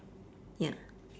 ya